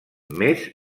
més